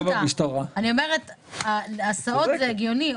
אני אומרת שהסעות זה הגיוני,